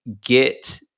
get